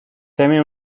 teme